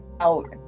Out